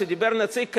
כשדיבר נציג קדימה,